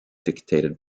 dictated